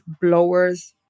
blowers